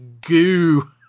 goo